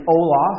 Olaf